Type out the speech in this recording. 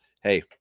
hey